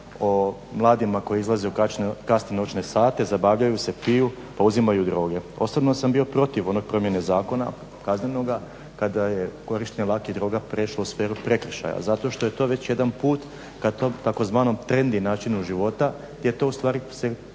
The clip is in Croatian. o mladima koji izlaze u kasne noćne sate, zabavljaju se, piju, pa uzimaju droge. Posebno sam bio protiv one promjene zakona, Kaznenoga, kada je korištenje lakih droga prešlo u sferu prekršaja, zato što je to već jedan put ka tom tzv. trendy načinu života gdje to u stvari se